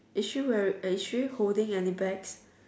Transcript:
is she wear uh is she holding any bag